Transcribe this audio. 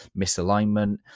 misalignment